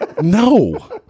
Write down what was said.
No